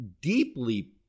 deeply